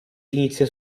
inizia